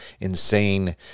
insane